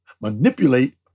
manipulate